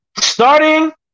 Starting